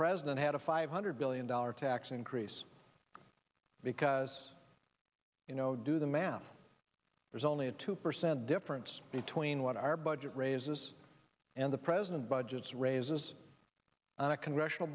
president had a five hundred billion dollars tax increase because you know do the math there's only a two percent difference between what our budget raises and the president budgets raises on a congressional